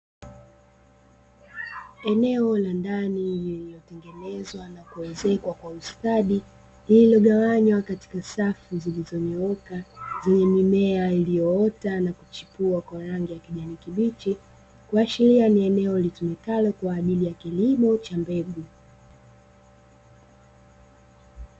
Eneo la ndani lililotengenezwa na kuezekwa kwa ustadi, lililogawanywa katika safu zilizonyooka zenye mimea iliyoota na kuchipua kwa rangi ya kijani kibichi. Kuashiria ni eneo litumikalo kwa ajili ya kilimo cha mbegu.